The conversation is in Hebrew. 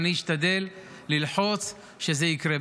אני אשתדל ללחוץ שזה יקרה.